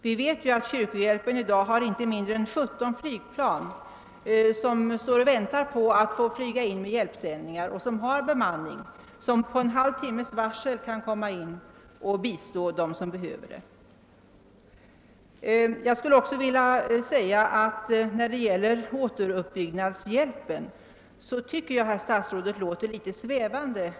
Vi vet att kyrkohjälpen har inte mindre än 17 flygplan som står och väntar på att få flyga in med hjälpsändningar och som har be manning, så att de med en halvtimmes varsel kan lämna hjälp till dem som behöver sådan. När det gäller återuppbyggnadshjälpen tycker jag att utrikesministern ger ett något svävande besked.